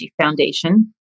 Foundation